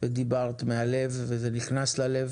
ודיברת מהלב, וזה נכנס מהלב,